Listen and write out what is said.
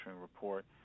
report